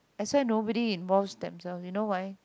I swear nobody involves themselves you know why